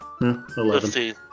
11